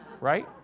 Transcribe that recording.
Right